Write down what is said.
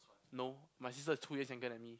no my sister is two years younger than me